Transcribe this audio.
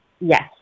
yes